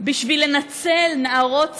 בשביל לנצל נערות צעירות,